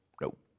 Nope